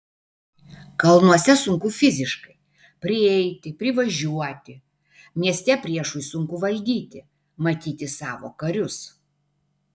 kalnuose sunku fiziškai prieiti privažiuoti mieste priešui sunku valdyti matyti savo karius